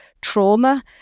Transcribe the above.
trauma